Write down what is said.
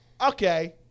Okay